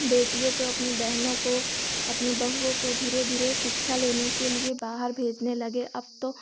बेटियों को अपनी बहनों को अपनी बहुओं को धीरे धीरे शिक्षा लेने के लिए बाहर भेजने लगे अब तो